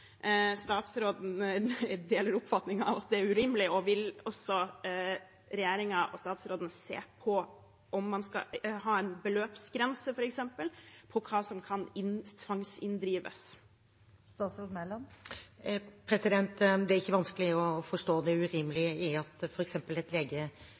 Deler statsråden den oppfatningen at det er urimelig, og vil regjeringen og statsråden se på om man skal ha en beløpsgrense, f.eks., for hva som kan tvangsinndrives? Det er ikke vanskelig å forstå det